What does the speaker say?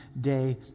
day